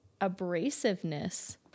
abrasiveness